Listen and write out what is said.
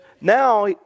now